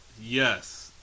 yes